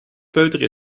peuteren